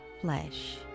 flesh